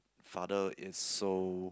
father is so